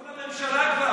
אני, אז היא תאמר: אינו נוכח.